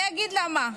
אני אגיד למה,